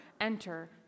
enter